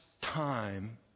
time